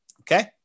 Okay